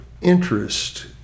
interest